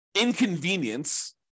inconvenience